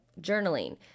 journaling